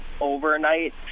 overnight